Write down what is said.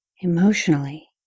Emotionally